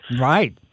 Right